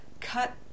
cut